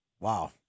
Wow